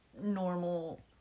normal